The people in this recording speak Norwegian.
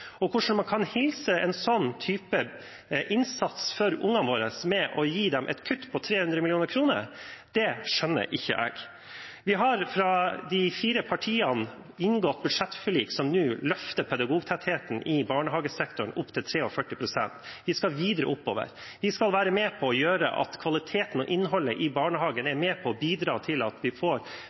våre. Hvordan man kan hilse en sånn type innsats for ungene våre med å gi dem et kutt på 300 mill. kr, det skjønner ikke jeg. Vi har fra de fire partiene inngått budsjettforlik som nå løfter pedagogtettheten i barnehagesektoren opp til 43 pst. Vi skal videre oppover. Vi skal være med på å gjøre kvaliteten og innholdet i barnehagen slik at det er med på å bidra til at vi får